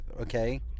Okay